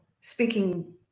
speaking